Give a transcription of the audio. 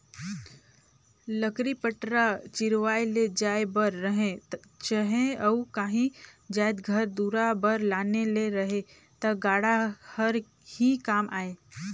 लकरी पटरा चिरवाए ले जाए बर रहें चहे अउ काही जाएत घर दुरा बर लाने ले रहे ता गाड़ा हर ही काम आए